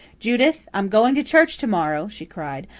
judith, i'm going to church to-morrow, she cried.